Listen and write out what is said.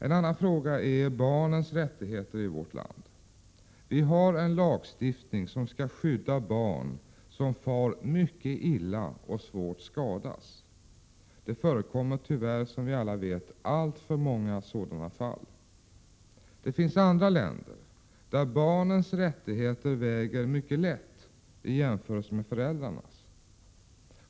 En annan fråga är barnens rättigheter i vårt land. Vi har en lagstiftning som skall skydda barn som far mycket illa och svårt skadas. Det förekommer tyvärr, som vi alla vet, alltför många sådana fall. Det finns länder där barnens rättigheter väger mycket lätt i jämförelse med föräldrarnas.